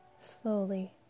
slowly